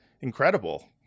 incredible